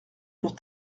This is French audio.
pour